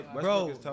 bro